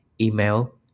email